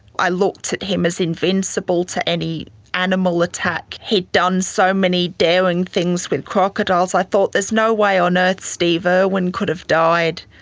i looked at him as invincible to any animal attack. he'd done so many daring things with crocodiles, i thought there's no way on earth steve ah owen could have died.